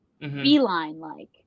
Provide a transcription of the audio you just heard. Feline-like